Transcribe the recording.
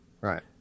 Right